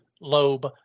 lobe